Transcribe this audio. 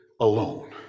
alone